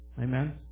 Amen